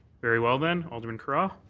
very well, then, alderman carra?